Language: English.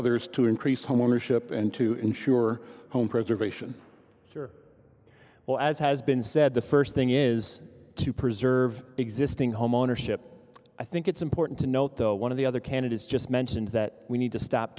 others to increase homeownership and to ensure home preservation or well as has been said the first thing is to preserve existing homeownership i think it's important to note though one of the other candidates just mentioned that we need to stop